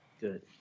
Good